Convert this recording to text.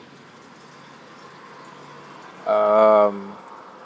um